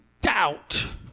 doubt